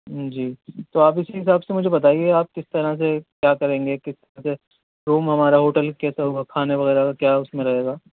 جی تو آپ اسی حساب سے مجھے بتائیے آپ کس طرح سے کیا کریں گے کس طرح سے روم ہمارا ہوٹل کیسا ہوگا کھانے وغیرہ کا کیا اس میں رہے گا